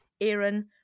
Aaron